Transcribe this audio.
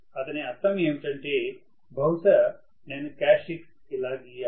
అతని అర్థం ఏమిటంటే బహుశా నేను క్యారెక్టర్స్టిక్స్ ఇలా గీయాలి